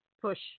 push